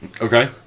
Okay